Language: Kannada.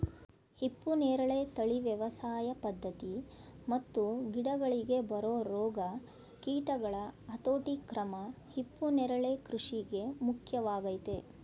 ಹಿಪ್ಪುನೇರಳೆ ತಳಿ ವ್ಯವಸಾಯ ಪದ್ಧತಿ ಮತ್ತು ಗಿಡಗಳಿಗೆ ಬರೊ ರೋಗ ಕೀಟಗಳ ಹತೋಟಿಕ್ರಮ ಹಿಪ್ಪುನರಳೆ ಕೃಷಿಗೆ ಮುಖ್ಯವಾಗಯ್ತೆ